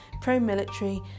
pro-military